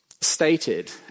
stated